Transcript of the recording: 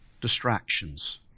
distractions